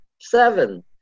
seven